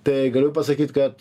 tai galiu pasakyt kad